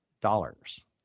dollars